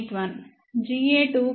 Ga2 14 dB 25